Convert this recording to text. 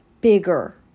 bigger